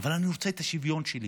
אבל אני רוצה את השוויון שלי,